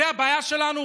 זאת הבעיה שלנו?